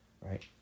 Right